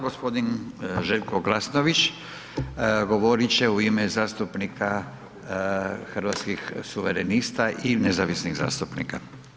Gospodin Željko Glasnović govorit će u ime zastupnika Hrvatskih suverenista i nezavisnih zastupnika.